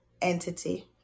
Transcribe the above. entity